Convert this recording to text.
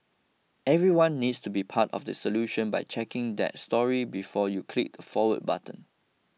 everyone needs to be part of the solution by checking that story before you click the forward button